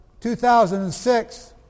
2006